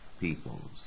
peoples